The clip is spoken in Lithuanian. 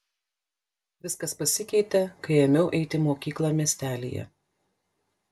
viskas pasikeitė kai ėmiau eiti į mokyklą miestelyje